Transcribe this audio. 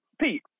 Pete